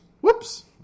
Whoops